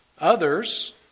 others